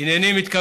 יציג